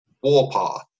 Warpath